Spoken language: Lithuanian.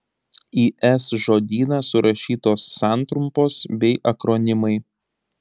į s žodyną surašytos santrumpos bei akronimai